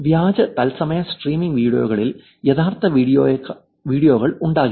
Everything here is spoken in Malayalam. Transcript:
വ്യാജ തത്സമയ സ്ട്രീമിംഗ് വീഡിയോകളിൽ യഥാർത്ഥ വീഡിയോകൾ ഉണ്ടാകില്ല